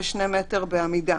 שני מטר בעמידה.